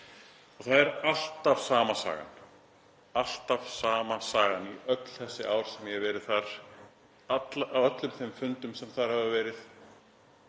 og það er alltaf sama sagan, alltaf sama sagan í öll þessi ár sem ég hef verið þar, á öllum þeim fundum sem þar hafa verið